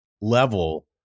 level